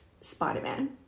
Spider-Man